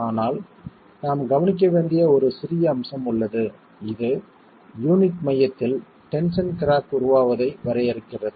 ஆனால் நாம் கவனிக்க வேண்டிய ஒரு சிறிய அம்சம் உள்ளது இது யூனிட் மையத்தில் டென்ஷன் கிராக் உருவாவதை வரையறுக்கிறது